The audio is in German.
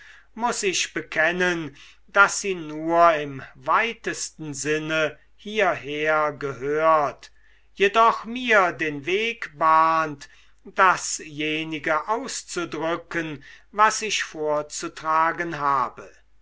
muß ich bekennen daß sie nur im weitesten sinne hierher gehört jedoch mir den weg bahnt dasjenige auszudrücken was ich vorzutragen habe